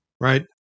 Right